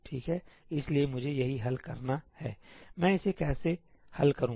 ठीक है इसलिए मुझे यही हल करना है मैं इसे कैसे हल करूं